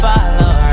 Follow